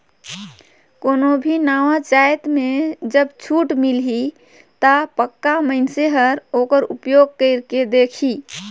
कोनो भी नावा जाएत में जब छूट मिलही ता पक्का मइनसे हर ओकर उपयोग कइर के देखही